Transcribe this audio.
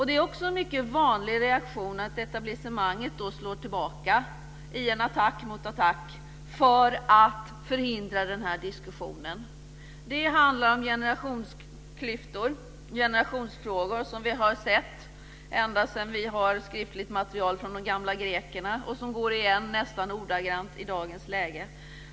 Det är också en mycket vanlig reaktion att etablissemanget då slår tillbaka, i en attack mot attack, för att förhindra den här diskussionen. Det handlar om generationsfrågor som vi har sett så långt tillbaka som vi har skriftligt material, ända från de gamla grekerna. Dessa frågor kommer igen nästan ordagrant i dagens läge.